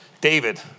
David